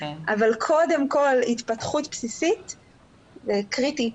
אבל קודם כל התפתחות בסיסית קריטית,